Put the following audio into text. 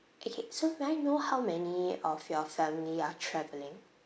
okay so may I know how many of your family are travelling